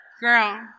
Girl